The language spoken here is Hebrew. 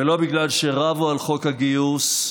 ולא בגלל שרבו על חוק הגיוס,